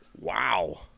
wow